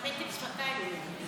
במתק שפתיים.